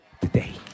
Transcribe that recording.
today